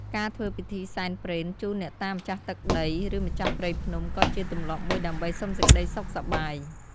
ការធ្វើពិធីសែនព្រេនជូនអ្នកតាម្ចាស់ទឹកដី ឬម្ចាស់ព្រៃភ្នំ ក៏ជាទម្លាប់មួយដើម្បីសុំសេចក្តីសុខសប្បាយ។